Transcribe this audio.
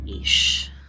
ish